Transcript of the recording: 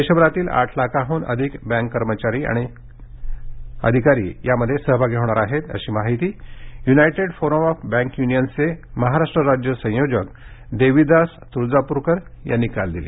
देशभऱातील आठ लाखांहून अधिक बँक अधिकारी आणि कर्मचारी संपामध्ये सहभागी होणार आहेत अशी माहिती युनायटेड फोरम ऑफ बँक युनिअन्सचे महाराष्ट्र राज्य संयोजक देवीदास तुळजापूरकर यांनी काल दिली